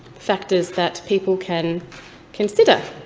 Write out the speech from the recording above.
factors that people can consider.